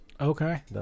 Okay